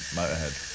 motorhead